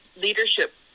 leadership